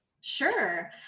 Sure